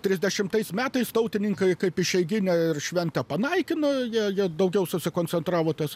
trisdešimtais metais tautininkai kaip išeiginę ir šventę panaikino jie jie daugiau susikoncentravo ties